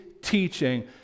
teaching